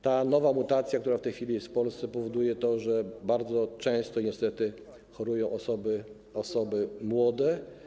Ta nowa mutacja, która w tej chwili jest w Polsce, powoduje to, że bardzo często niestety chorują osoby młode.